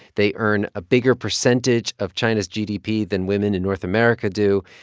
they earn a bigger percentage of china's gdp than women in north america do.